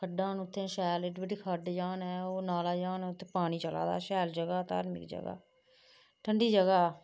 खड्डां न उत्थै शैल एड्डी बड्डी खड्ड जन ऐ ओह् नाला जन ऐ उत्थै पानी चला दा शैल जगह् ऐ बड़ी धार्मक जगह् ठंडी जगह् ऐ